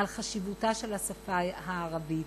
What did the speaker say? על חשיבותה של השפה הערבית,